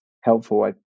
helpful